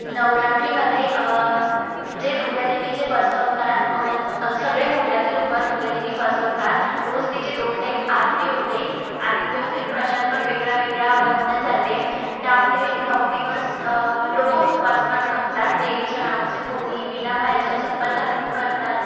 नवरात्रीमध्ये जे दुर्गादेवी जे बसवतात मग सगळे मोहल्यातले लोक दुर्गादेवी बसवतात रोज तिची दोन टाईम आरती होते आणि दोन टाईम प्रसाद पण वेगळा वेगळा बनवल्या जाते त्यामध्ये नऊ दिवस लोक उपवास पण करतात देवीच्या नावाचे कोणी बिना पायाची चप्पल घालून करतात